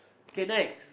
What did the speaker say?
K next